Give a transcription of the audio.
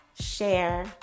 share